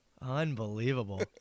Unbelievable